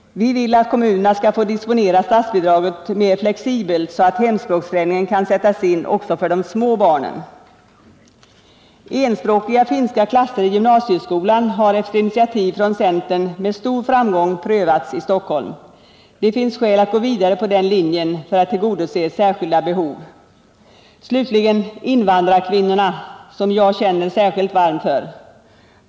Vi vill att kommunerna skall få disponera statsbidraget mer flexibelt, så att hemspråksträning kan sättas in också för de små barnen. Enspråkiga finska klasser i gymnasieskolan har efter initiativ från centern med stor framgång prövats i Stockholm. Det finns skäl att gå vidare på den linjen för att tillgodose särskilda behov. Slutligen några ord om invandrarkvinnorna, som jag känner särskilt varmt för.